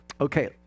Okay